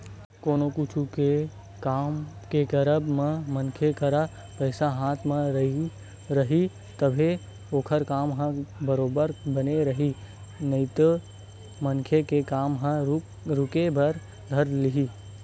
कोनो कुछु के काम के करब म मनखे करा पइसा हाथ म रइही तभे ओखर काम ह बरोबर बने रइही नइते मनखे के काम ह रुके बर धर लिही